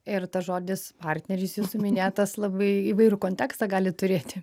ir tas žodis partneris jūsų minėtas labai įvairų kontekstą gali turėti